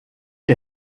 der